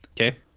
Okay